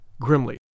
grimly